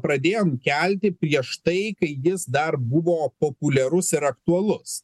pradėjom kelti prieš tai kai jis dar buvo populiarus ir aktualus